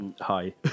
Hi